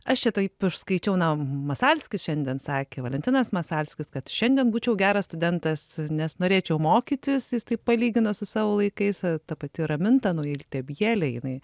aš čia taip išskaičiau na masalskis šiandien sakė valentinas masalskis kad šiandien būčiau geras studentas nes norėčiau mokytis jis taip palygino su savo laikais ta pati raminta naijalytė bjelė jinai